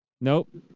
Nope